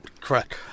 correct